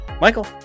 Michael